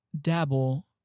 dabble